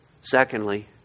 Secondly